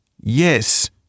Yes